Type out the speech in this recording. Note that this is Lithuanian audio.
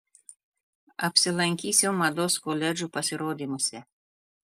apsilankysiu mados koledžų pasirodymuose